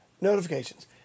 notifications